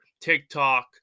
TikTok